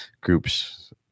groups